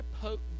potent